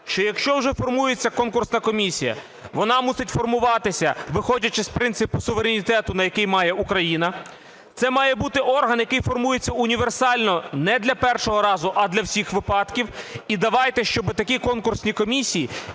що якщо вже формується конкурсна комісія, вона мусить формуватися, виходячи з принципу суверенітету, який має Україна. Це має бути орган, який формується універсально не для першого разу, а для всіх випадків. І давайте, щоби такі конкурсні комісії